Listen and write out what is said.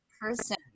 person